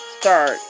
start